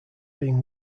being